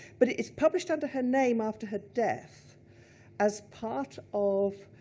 but it's published under her name after her death as part of